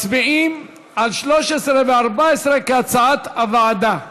מצביעים על 13 ו-14 כהצעת הוועדה.